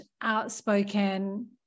outspoken